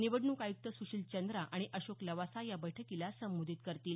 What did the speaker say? निवडणूक आयुक्त सुशील चंद्रा आणि अशोक लवासा या बैठकीला संबोधित करतील